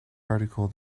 article